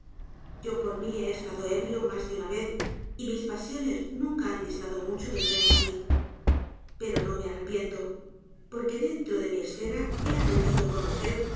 yo por mi he estado ebrio mas de una vez y mis pasiones nunca han distado mucho del frenesí pero no me arrepiento porque dentro de mi esfera he aprendido á conocer